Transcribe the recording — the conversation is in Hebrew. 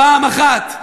פעם אחת.